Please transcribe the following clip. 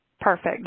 Perfect